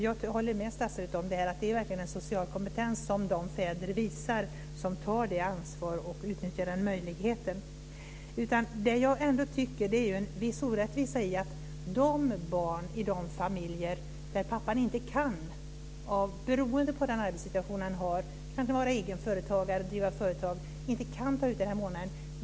Jag håller med statsrådet om att det verkligen är en social kompetens som de fäder visar som tar det ansvaret och utnyttjar den möjligheten. Jag tycker att det är en viss orättvisa gentemot barn i de familjer där pappan inte kan ta ut den här månaden, beroende på den arbetssituation han har. Han kanske driver eget företag och inte kan.